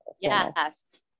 Yes